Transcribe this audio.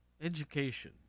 education